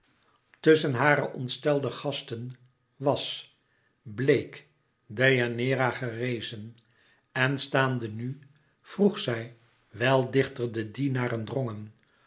tusschen hare ontstelde gasten was bleek deianeira gerezen en staande nu vroeg zij wijl dichter de dienaren drongen